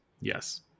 Yes